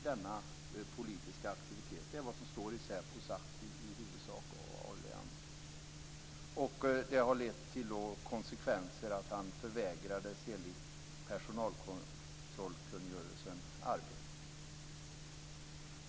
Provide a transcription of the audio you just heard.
Det är vad som i huvudsak står i säpos akt om Leander. Det har fått till konsekvens att han enligt personalkontrollkungörelsen förvägrades arbete.